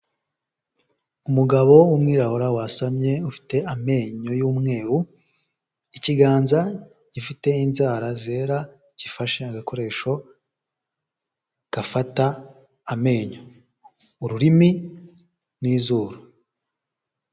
Umugabo w'umwirabura wasamye ufite amenyo y'umweru, ikiganza gifite inzara zera gifashe agakoresho gafata amenyo, ururimi n'izuru.